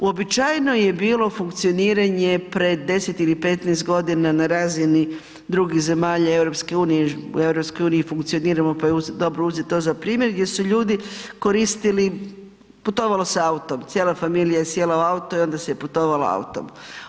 Uobičajeno je bilo funkcioniranje pre 10 ili 15.g. na razini drugih zemalja EU, u EU funkcioniramo, pa je dobro uzet to za primjer gdje su ljudi koristili, putovalo se autom, cijela familija je sjela u auto i onda se je putovalo autom.